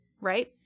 right